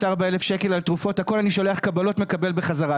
4,000 ₪ על תרופות; אני שולח קבלות על הכל ומקבל בחזרה.